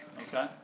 Okay